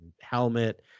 helmet